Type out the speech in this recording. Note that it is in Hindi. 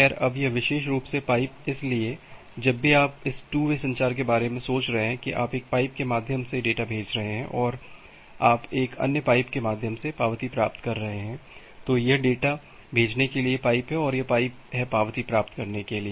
खैर अब यह विशेष रूप से पाइप इसलिए जब भी आप इस टू वे संचार के बारे में सोच रहे हैं कि आप एक पाइप के माध्यम से डेटा भेज रहे हैं और आप एक अन्य पाइप के माध्यम से पावती प्राप्त कर रहे हैं तो यह डेटा भेजने के लिए पाइप है और यह पाइप है पावती प्राप्त करने के लिए